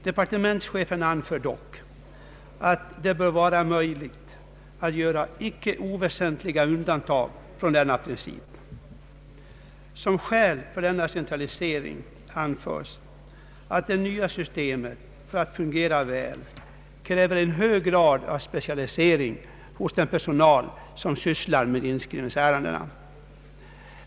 Departementschefen anför dock att det bör vara möjligt att göra icke oväsentliga undantag från denna princip. Som skäl för denna centralisering anförs att det nya systemet för att fungera väl kräver en hög grad av specialisering hos den personal som sysslar med inskrivningsärendena.